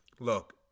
Look